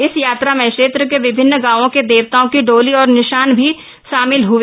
इस यात्रा में क्षेत्र के विभिन्न गांवों के देवताओं की डोली और निशान भी शामिल हुए